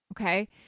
Okay